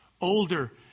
older